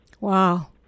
Wow